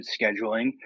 scheduling